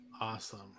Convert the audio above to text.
Awesome